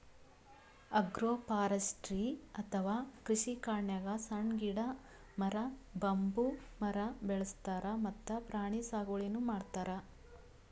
agroforestry ಅಥವಾ ಕೃಷಿಕಾಡ್ನಾಗ್ ಸಣ್ಣ್ ಗಿಡ, ಮರ, ಬಂಬೂ ಮರ ಬೆಳಸ್ತಾರ್ ಮತ್ತ್ ಪ್ರಾಣಿ ಸಾಗುವಳಿನೂ ಮಾಡ್ತಾರ್